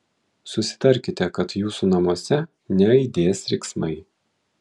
susitarkite kad jūsų namuose neaidės riksmai